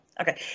Okay